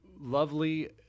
lovely